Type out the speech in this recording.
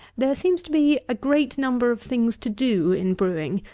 there seems to be a great number of things to do in brewing,